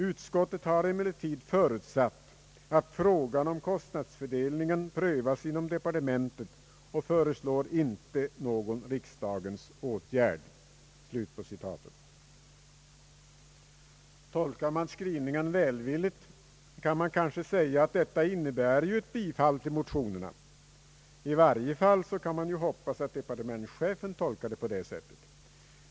Utskottet har emellertid förutsatt att frågan om kostnadsfördelningen prövas inom departementet och föreslår inte någon riksdagens åtgärd.» Tolkar man skrivningen välvilligt, kan man kanske säga att den in nebär ett bifall till motionerna. I varje fall kan man ju hoppas att departementschefen tolkar den på det sättet.